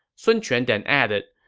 sun quan then added,